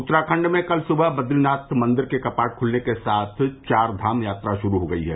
उत्तराखण्ड में कल सुबह बद्रीनाथ मंदिर के कपाट खुलने के साथ चार धाम यात्रा शुरू हो गई है